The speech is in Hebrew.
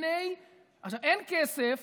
אין כסף